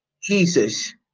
Jesus